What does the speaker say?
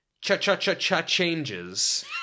Cha-cha-cha-cha-changes